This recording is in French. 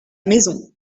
maison